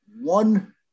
one